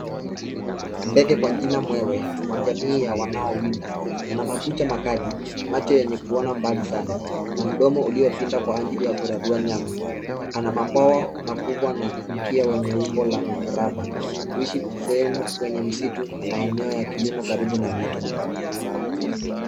Ndege kwa jina mwewe wa jamii wanaowinda. Ana makucha makali, macho yenye kuona mbali sana na mdomo uliopinda kwa ajili ya kurarua nyama. Ana mabwawa makubwa na mkia wenye umbo la mraba. Huishi sehemu kwenye msitu na maeneo ya kilimo na mito.